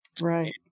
Right